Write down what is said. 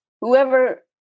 Whoever